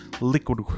liquid